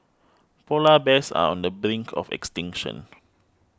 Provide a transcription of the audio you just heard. Polar Bears are on the brink of extinction